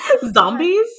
Zombies